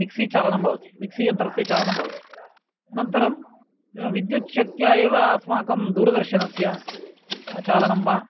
mixie चालनं भवति mixie यन्त्रस्य चालनं भवति अनन्तरं विद्युत्शक्त्या एव अस्माकं दूरदर्शनस्य चालनं वा